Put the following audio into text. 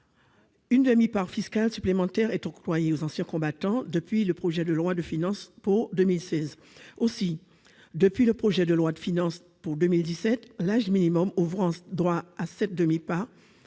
Une demi-part fiscale supplémentaire est octroyée aux anciens combattants depuis le projet de loi de finances pour 2016. En outre, depuis le projet de loi de finances pour 2017, l'âge minimal ouvrant droit à cette demi-part